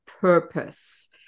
purpose